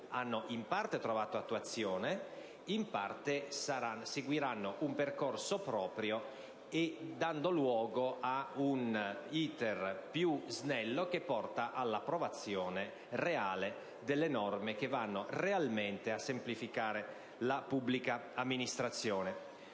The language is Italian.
hanno in parte trovato attuazione ed in parte seguiranno un percorso proprio, dando luogo a un *iter* più snello che porti all'approvazione reale delle norme che andranno realmente a semplificare la pubblica amministrazione.